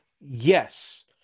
Yes